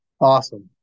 Awesome